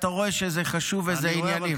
אתה רואה שזה חשוב וזה ענייני.